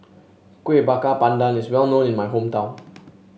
Kuih Bakar Pandan is well known in my hometown